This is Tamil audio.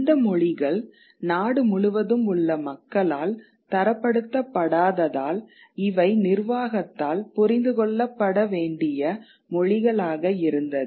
இந்த மொழிகள் நாடு முழுவதும் உள்ள மக்களால் தரப்படுத்தப்படாததால் இவை நிர்வாகத்தால் புரிந்து கொள்ளப்பட வேண்டிய மொழிகளாக இருந்தது